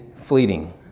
fleeting